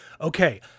okay